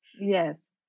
Yes